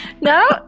No